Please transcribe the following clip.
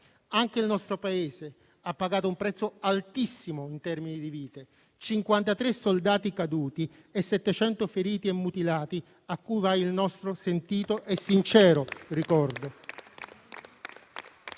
Anche il nostro Paese ha pagato un prezzo altissimo in termini di vite: 53 soldati caduti e oltre 700 feriti e mutilati, a cui va il nostro sentito e sincero ricordo.